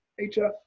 HF